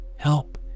help